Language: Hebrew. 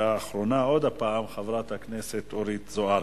ואחרונה, עוד הפעם, חברת הכנסת אורית זוארץ.